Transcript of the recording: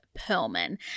Perlman